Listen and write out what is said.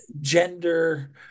gender